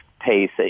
pace